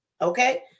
Okay